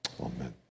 Amen